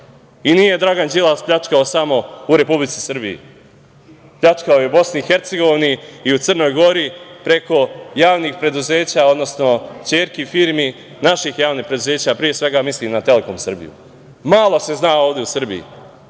Dragana Đilas pljačkao samo u Republici Srbiji, pljačkao je u Bosni i Hercegovini i u Crnoj Gori preko javnih preduzeća, odnosno ćerki firmi, naših javnih preduzeća, pre svega mislim na „Telekom Srbiju“.Malo se zna ovde u Srbiji